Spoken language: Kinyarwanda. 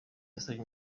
yasabye